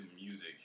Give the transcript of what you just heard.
music